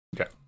Okay